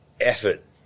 effort